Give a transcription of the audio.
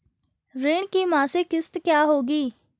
ऋण की मासिक किश्त क्या होगी?